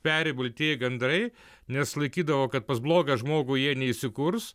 peri baltieji gandrai nes laikydavo kad pas blogą žmogų jie neįsikurs